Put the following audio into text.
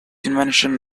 invention